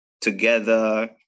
together